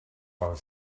pel